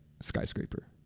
skyscraper